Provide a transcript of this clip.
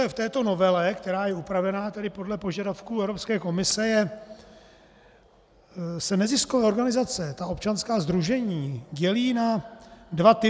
V této novele, která je upravená podle požadavků Evropské komise, se neziskové organizace, ta občanská sdružení, dělí na dva typy.